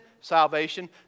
salvation